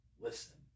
listen